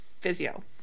physio